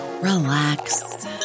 relax